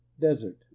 desert